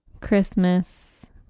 Christmas